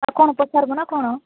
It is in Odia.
ଆଉ କ'ଣ ପଚାର୍ବ ନା କ'ଣ